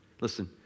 Listen